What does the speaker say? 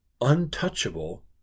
untouchable